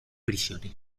prisionero